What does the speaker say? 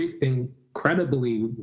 incredibly